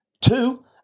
Two